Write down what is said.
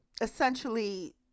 Essentially